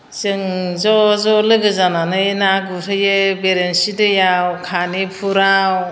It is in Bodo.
जों ज' ज' लोगो जानानै ना गुरहैयो बेरेन्सि दैयाव खानिफुराव